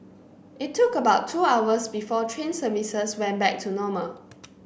it took about two hours before train services went back to normal